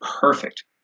perfect